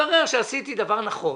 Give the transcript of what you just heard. התברר שעשיתי דבר נכון,